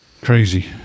Crazy